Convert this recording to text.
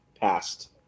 passed